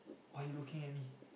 why you looking at me